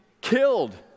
killed